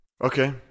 Okay